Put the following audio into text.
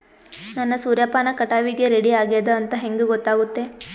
ನನ್ನ ಸೂರ್ಯಪಾನ ಕಟಾವಿಗೆ ರೆಡಿ ಆಗೇದ ಅಂತ ಹೆಂಗ ಗೊತ್ತಾಗುತ್ತೆ?